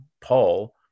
Paul